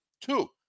Two